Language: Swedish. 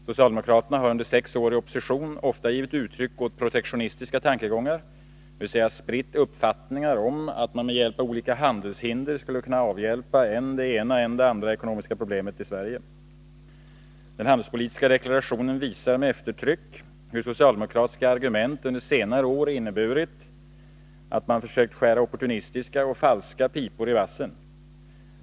Socialdemokraterna har under sex år i opposition ofta givit uttryck åt protektionistiska tankegångar, dvs. spritt uppfattningar att man med hjälp av olika handelshinder skulle kunna avhjälpa än det ena än det andra ekonomiska problemet i Sverige. Den handelspolitiska deklarationen visar med eftertryck hur socialdemokratiska argument under senare år inneburit att man försökt skära opportunistiska och falska pipor i vassen.